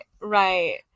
right